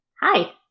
Hi